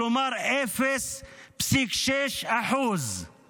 כלומר 0.6%. במועצה